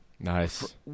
Nice